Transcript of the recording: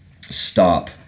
stop